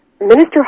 Minister